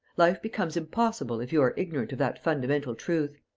life becomes impossible if you are ignorant of that fundamental truth.